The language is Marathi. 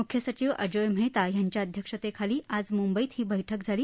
मुख्य सचिव अजोय मेहता यांच्या अध्यक्षतेखाली आज मुंबईत ही बैठक झाली